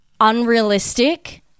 unrealistic